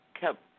kept